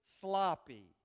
sloppy